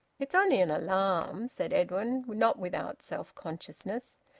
it's only an alarm, said edwin, not without self-consciousness.